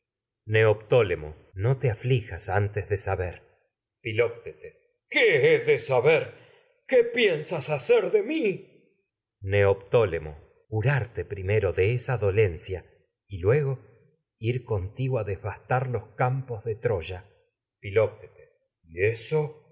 saber neoptólemo no te filoctetes de mi qué he de saber qué piensas hacer neoptólemo curarte primero de esa dolencia y luego ir contigo a devastar los campos de troya eso filoctetes y